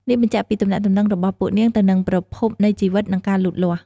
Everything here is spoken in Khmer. នេះបញ្ជាក់ពីទំនាក់ទំនងរបស់ពួកនាងទៅនឹងប្រភពនៃជីវិត និងការលូតលាស់។